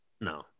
no